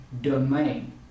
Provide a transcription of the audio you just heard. domain